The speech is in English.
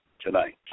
tonight